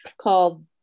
called